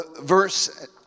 Verse